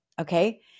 okay